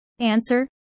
Answer